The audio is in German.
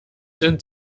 sind